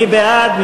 מי בעד?